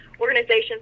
organizations